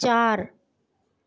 चारि